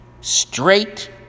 Straight